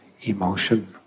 emotion